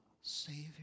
Savior